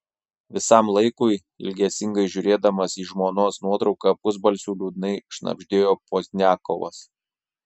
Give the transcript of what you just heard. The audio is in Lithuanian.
visam laikui ilgesingai žiūrėdamas į žmonos nuotrauką pusbalsiu liūdnai šnabždėjo pozdniakovas